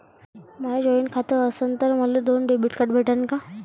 माय joint खातं असन तर मले दोन डेबिट कार्ड भेटन का?